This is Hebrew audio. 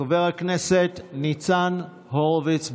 חבר הכנסת ניצן הורוביץ,